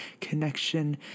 connection